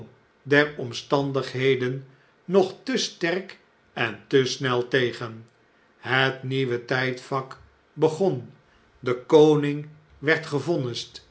der omstandigheden nog te sterk en te snel tegen het nieuwe tijdvak begon de koning werd gevonnisd en